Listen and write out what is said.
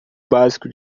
básico